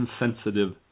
insensitive